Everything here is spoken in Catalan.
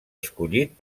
escollit